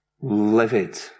livid